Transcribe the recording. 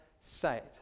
sight